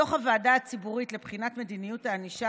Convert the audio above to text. בדוח הוועדה הציבורית לבחינת מדיניות הענישה